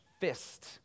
fist